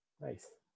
nice